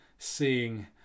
seeing